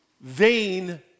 vain